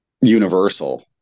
universal